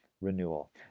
renewal